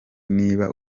niba